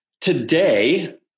today